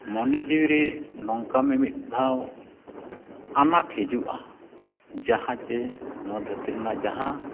ᱢᱚᱱᱮ ᱡᱤᱣᱤᱨᱮ ᱱᱚᱝᱠᱟ ᱢᱤᱢᱤᱫ ᱫᱷᱟᱣ ᱟᱱᱟᱴ ᱦᱤᱡᱩᱜᱼᱟ ᱡᱟᱦᱟᱸ ᱪᱮ ᱱᱚᱣᱟ ᱫᱷᱟᱹᱨᱛᱤ ᱨᱮᱱᱟᱜ ᱡᱟᱦᱟᱸ